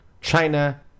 china